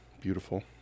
beautiful